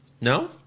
No